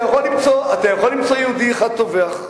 אתה יכול למצוא יהודי אחד טובח.